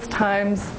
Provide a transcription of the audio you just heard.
times